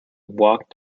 walk